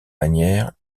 manière